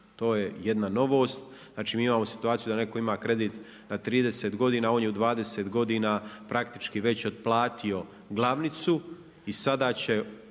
To je jedna novost. Znači mi imamo situaciju da neko ima kredit na 30 godina, on je u 20 godina praktički već otplatio glavnicu i sada će